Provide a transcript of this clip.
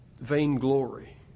vainglory